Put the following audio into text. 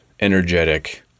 energetic